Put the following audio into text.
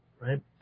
right